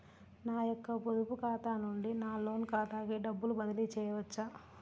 నా యొక్క పొదుపు ఖాతా నుండి నా లోన్ ఖాతాకి డబ్బులు బదిలీ చేయవచ్చా?